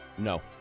No